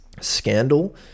scandal